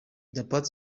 apart